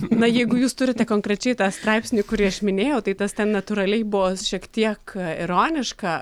na jeigu jūs turite konkrečiai tą straipsnį kurį aš minėjau tai tas ten natūraliai buvo šiek tiek ironiška